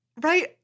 right